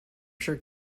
sure